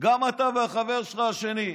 אתה והחבר שלך, השני.